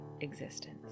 existence